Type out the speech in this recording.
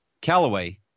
Callaway